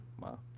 Wow